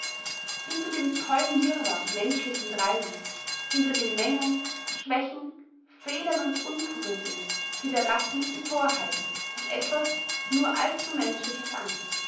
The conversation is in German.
hinter dem tollen wirrwarr menschlichen treibens hinter den mängeln schwächen fehlern und untugenden sieht erasmus die thorheit als etwas nur allzumenschliches an